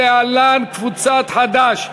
להלן: קבוצת חד"ש,